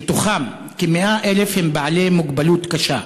ומתוכם כ-100,000 בעלי מוגבלות קשה.